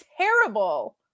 terrible